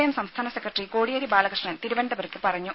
M സംസ്ഥാന secretary Kodiyeri Balakrishnan തിരുവനന്തപുരത്ത് പറഞ്ഞു